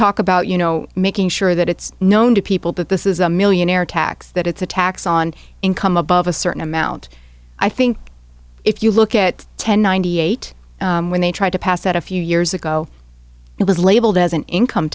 talk about you know making sure that it's known to people that this is a millionaire tax that it's a tax on income above a certain amount i think if you look at ten ninety eight when they tried to pass that a few years ago it was labeled as an income